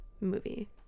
movie